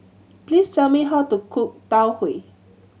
please tell me how to cook Tau Huay